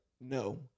no